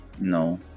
No